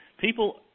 People